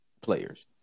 players